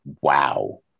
wow